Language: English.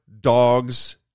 dogs